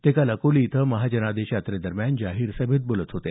ते काल अकोले इथं महाजनादेश यात्रेदरम्यान जाहीर सभेत बोलत होते